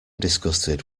disgusted